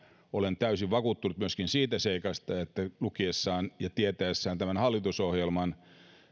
olen täysin vakuuttunut myöskin siitä seikasta että lukiessaan ja tietäessään tämän hallitusohjelman